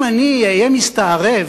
אם אני אהיה מסתערב,